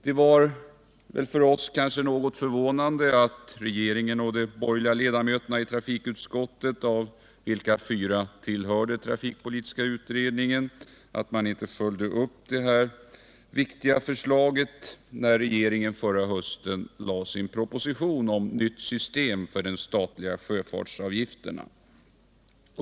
Det var för oss kanske något förvånande att regeringen och de borgerliga ledamöterna i trafikutskottet, av vilka fyra tillhörde trafikpolitiska utredningen, inte följde upp detta viktiga förslag när regeringen förra hösten lade fram sin proposition om nytt system för de statliga sjöfartsavgifterna.